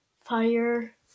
fire